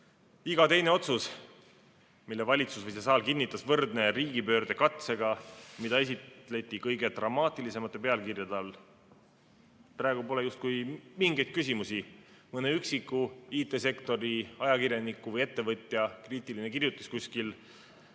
iga teine otsus, mille valitsus või see saal kinnitas, võrdne riigipöördekatsega, mida esitleti kõige dramaatilisemate pealkirjade all. Praegu pole justkui mingeid küsimusi. Mõne üksiku IT‑sektori ajakirjaniku või ettevõtja kriitiline kirjutis kuskil